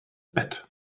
bett